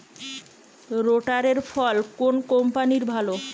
রোটারের ফল কোন কম্পানির ভালো?